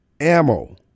ammo